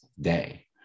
day